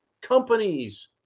companies